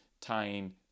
tying